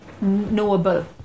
Knowable